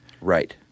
Right